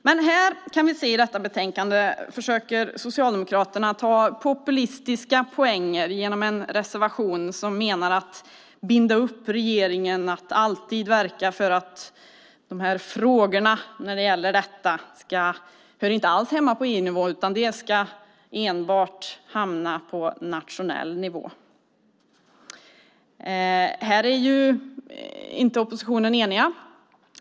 Men i detta betänkande kan vi se att Socialdemokraterna försöker ta populistiska poänger genom en reservation. Man menar att man ska binda upp regeringen att alltid verka för att frågorna när det gäller detta inte alls hör hemma på EU-nivå, utan det ska enbart hamna på nationell nivå. Här är inte oppositionen enig.